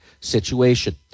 situation